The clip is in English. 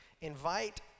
invite